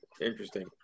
interesting